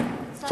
אני מסתפקת.